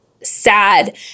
sad